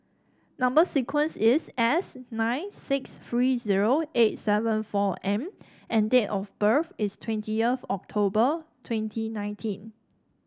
number sequence is S nine six three zero eight seven four M and date of birth is twentieth of October twenty nineteen